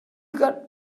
got